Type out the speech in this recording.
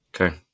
Okay